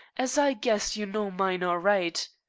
as i guess you know mine all right.